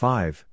Five